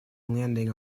landing